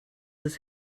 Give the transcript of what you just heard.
ist